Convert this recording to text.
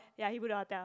ya he book the hotel